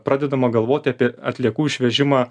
pradedama galvoti apie atliekų išvežimą